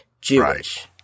Jewish